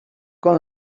com